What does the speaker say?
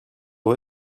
aux